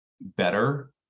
better